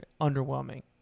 underwhelming